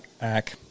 Ack